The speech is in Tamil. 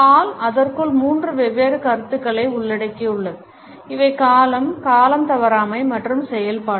ஹால் அதற்குள் மூன்று வெவ்வேறு கருத்துக்களை உள்ளடக்கியுள்ளது இவை காலம் காலம் தவறாமை மற்றும் செயல்பாடு